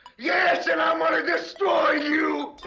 yes and i'm going to destroy you!